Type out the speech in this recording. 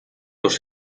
dos